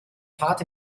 fahrt